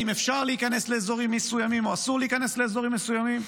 אם אפשר להיכנס לאזורים מסוימים או אסור להיכנס לאזורים מסוימים.